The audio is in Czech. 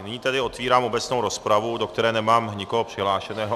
Nyní tedy otevírám obecnou rozpravu, do které nemám nikoho přihlášeného.